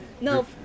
No